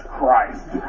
Christ